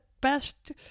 best